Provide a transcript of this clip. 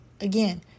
Again